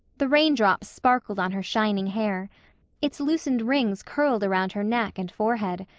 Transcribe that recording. the raindrops sparkled on her shining hair its loosened rings curled around her neck and forehead.